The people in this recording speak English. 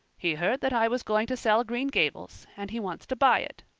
he heard that i was going to sell green gables and he wants to buy it.